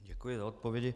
Děkuji za odpovědi.